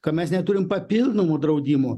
ka mes neturim papildomo draudimo